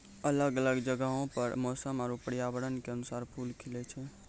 अलग अलग जगहो पर मौसम आरु पर्यावरण क अनुसार फूल खिलए छै